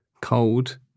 cold